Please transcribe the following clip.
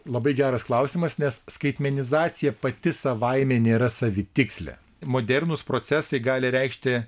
labai geras klausimas nes skaitmenizacija pati savaime nėra savitikslė modernūs procesai gali reikšti